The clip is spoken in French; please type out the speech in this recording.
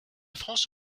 france